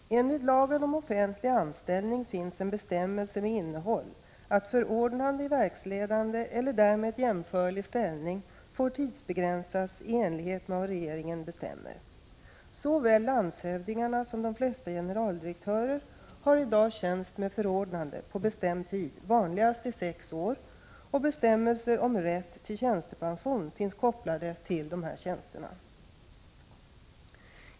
I lagen om offentlig anställning finns en bestämmelse med innehåll att förordnande i verksledande eller därmed jämförlig ställning får tidsbegränsas i enlighet med vad regeringen bestämmer. Såväl landshövdingarna som de flesta generaldirektörerna har i dag tjänst med förordnande på bestämd tid, vanligast i sex år, och bestämmelser om rätt till tjänstepension finns kopplade till dessa tjänster.